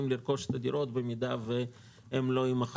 לרכוש את הדירות במידה והן לא יימכרו.